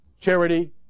charity